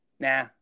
Nah